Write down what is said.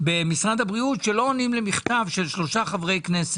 במשרד הבריאות שלא עונים למכתב של שלושה חברי כנסת.